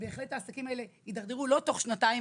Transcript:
בהחלט העסקים האלה יתדרדרו לא תוך שנתיים